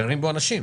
גרים בו אנשים.